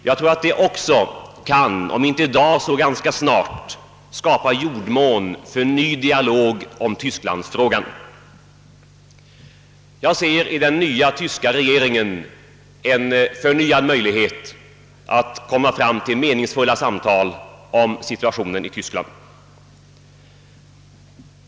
Det kan också, om inte i dag så dock ganska snart, skapa jordmån för en ny dialog om tysklandsfrågan. Jag ser i den nya tyska regeringen en möjlighet att komma fram till meningsfulla sam tal om situationen i Tyskland.